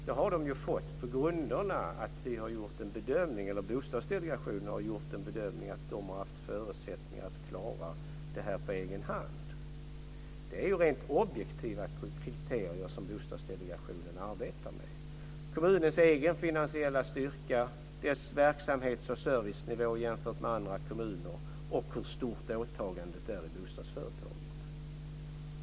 Det har de fått på grund av att Bostadsdelegationen har gjort en bedömning av att de har haft förutsättningar att klara det här på egen hand. Det är rent objektiva kriterier som Bostadsdelegationen arbetar med - kommunens egen finansiella styrka, dess verksamhets och servicenivå jämfört med andra kommuner och hur stort åtagandet är i bostadsföretaget.